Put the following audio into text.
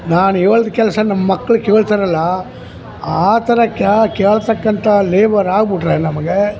ನಾನು ಹೇಳ್ದ್ ಕೆಲ್ಸ ಮಕ್ಳು ಕೇಳ್ತಾರಲ್ಲ ಆ ಥರ ಕೇಳ್ತಕ್ಕಂಥ ಲೇಬರ್ ಆಗ್ಬಿಟ್ರೆ ನಮಗೆ